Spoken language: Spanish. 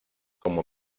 como